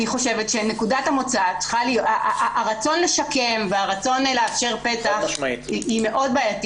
אני חושבת שהרצון לשקם והרצון לאפשר פתח הוא מאוד בעייתי